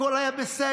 הכול היה בסדר.